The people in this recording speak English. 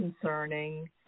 concerning